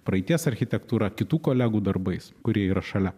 praeities architektūra kitų kolegų darbais kurie yra šalia